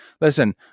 listen